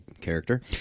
character